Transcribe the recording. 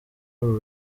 uru